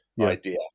idea